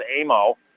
Amo